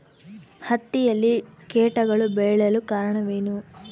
ಹತ್ತಿಯಲ್ಲಿ ಕೇಟಗಳು ಬೇಳಲು ಕಾರಣವೇನು?